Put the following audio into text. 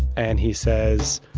and he says,